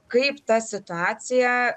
kaip ta situacija